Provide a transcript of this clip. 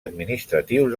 administratius